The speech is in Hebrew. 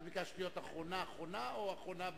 את ביקשת להיות אחרונה אחרונה או אחרונה ברשימה?